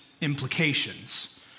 implications